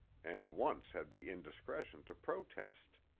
and once had the indiscretion to protest.